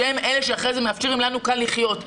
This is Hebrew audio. שהם אלה שמאפשרים לנו אחרי זה לחיות כאן.